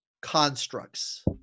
constructs